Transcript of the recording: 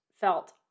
felt